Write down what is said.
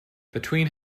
between